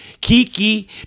Kiki